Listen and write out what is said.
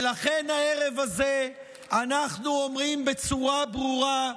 ולכן הערב הזה אנחנו אומרים בצורה ברורה: